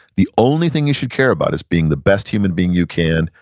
the only thing you should care about is being the best human being you can.